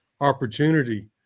opportunity